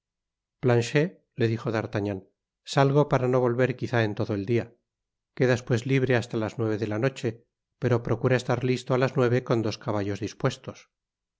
planchet le dijo d'artagnan salgo para no volver quizá en todo el dia quedas pues libre hasta las nueve de la noche pero procura estar listo á las nueve con dos caballos dispuestos